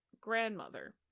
grandmother